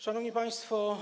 Szanowni Państwo!